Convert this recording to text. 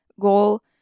goal